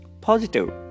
positive